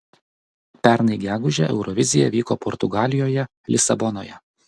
pernai gegužę eurovizija vyko portugalijoje lisabonoje